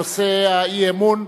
נושא האי-אמון,